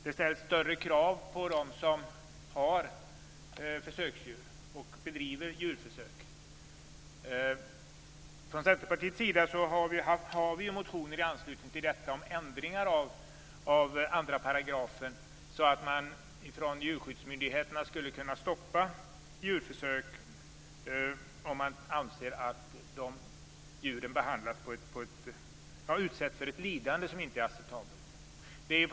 Det ställs större krav på dem som har försöksdjur och bedriver djurförsök. Från Centerpartiets sida har vi i anslutning till detta motionerat om ändringar av 2 § så att djurskyddsmyndigheterna skulle kunna stoppa djurförsök om man anser att djuren utsätts för ett lidande som inte är acceptabelt.